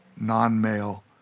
non-male